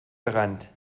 gerannt